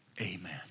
Amen